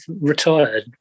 retired